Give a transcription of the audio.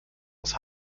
aus